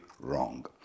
wrong